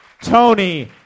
Tony